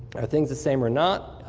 are things the same or not.